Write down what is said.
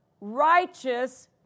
righteous